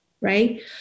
right